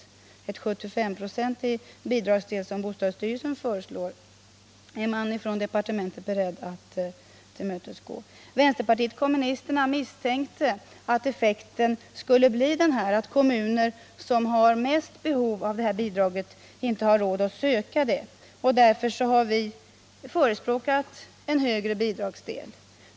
Departementet är inte ens berett att acceptera bostadsstyrelsens förslag om ett 75-procentigt bidrag. Vänsterpartiet kommunisterna misstänkte att effekten skulle bli den att kommuner som mest har behov av detta bidrag inte har råd att söka det, och därför har vi förespråkat en högre bidragsdel.